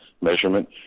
measurement